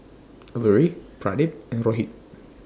Alluri Pradip and Rohit